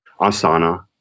Asana